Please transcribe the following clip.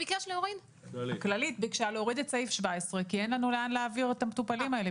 כי אין לנו לאן להעביר את המטופלים האלה.